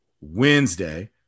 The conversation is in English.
Wednesday